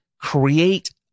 create